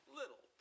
little